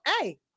hey